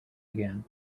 again